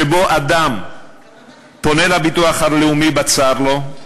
שבו אדם פונה לביטוח הלאומי בצר לו,